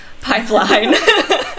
Pipeline